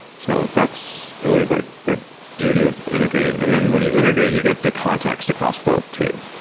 so that's really like the beauty with integrating. and then when you integrate, you get the context across both too.